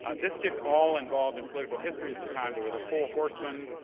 ah this gets all involved in political history at the time. there were the four horse men,